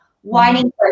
whining